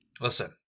Listen